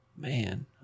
Man